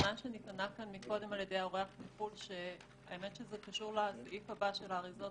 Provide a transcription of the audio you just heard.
לטענה שנטענה קודם על-ידי האורח מחו"ל לגבי האריזות